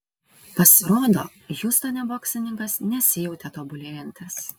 pasirodo hjustone boksininkas nesijautė tobulėjantis